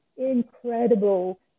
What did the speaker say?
incredible